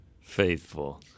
faithful